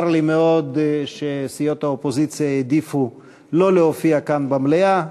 צר לי מאוד שסיעות האופוזיציה העדיפו שלא להופיע כאן במליאה.